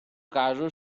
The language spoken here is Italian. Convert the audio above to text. caso